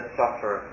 suffer